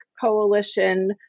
coalition